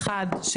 אחת,